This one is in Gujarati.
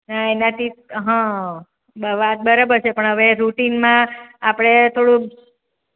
ના એનાથી અ વાત બરાબર છે પણ હવે રૂટિનમાં આપણે થોડુંક